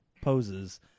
poses